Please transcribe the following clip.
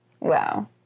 Wow